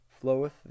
floweth